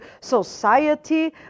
society